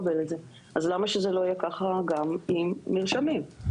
למה שזה לא יהיה כך גם עם מרשמים?